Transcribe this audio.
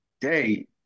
day